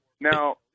Now